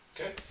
Okay